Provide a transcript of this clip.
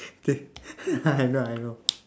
just I know I know